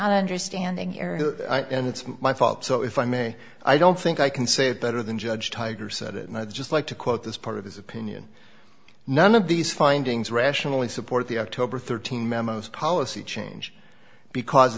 it's my fault so if i may i don't think i can say it better than judge tiger said it and i'd just like to quote this part of his opinion none of these findings rationally support the october thirteen memos policy change because